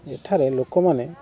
ଏଠାରେ ଲୋକମାନେ